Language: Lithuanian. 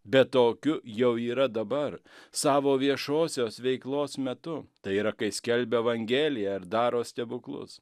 bet tokiu jau yra dabar savo viešosios veiklos metu tai yra kai skelbia evangeliją ir daro stebuklus